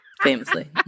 famously